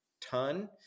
ton